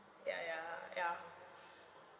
ya ya ya